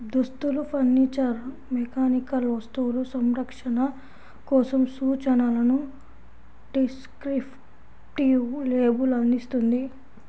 దుస్తులు, furniture, mechanical వస్తువులు, సంరక్షణ కోసం సూచనలను డిస్క్రిప్టివ్ లేబుల్ అందిస్తుంది